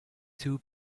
two